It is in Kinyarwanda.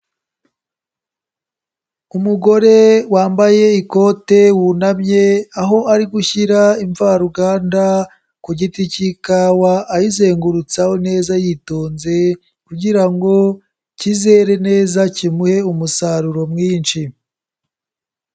Umugore wambaye ikote wunamye, aho ari gushyira imvaruganda ku giti cy'ikawa, ayizengurutsaho neza yitonze kugira ngo kizere neza kimuhe umusaruro mwinshi.